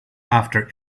after